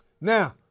Now